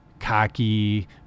Cocky